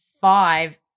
five